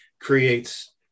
creates